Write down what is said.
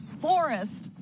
forest